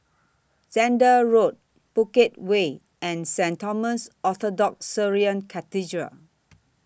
Zehnder Road Bukit Way and Saint Thomas Orthodox Syrian Cathedral